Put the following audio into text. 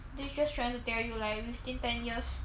this is just trying to tell you like within ten years